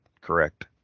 correct